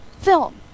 film